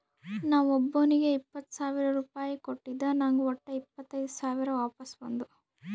ನಾ ಒಬ್ಬೋನಿಗ್ ಇಪ್ಪತ್ ಸಾವಿರ ರುಪಾಯಿ ಕೊಟ್ಟಿದ ನಂಗ್ ವಟ್ಟ ಇಪ್ಪತೈದ್ ಸಾವಿರ ವಾಪಸ್ ಬಂದು